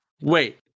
wait